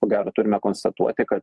ko gero turime konstatuoti kad